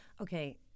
okay